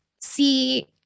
see